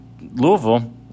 louisville